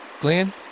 Glenn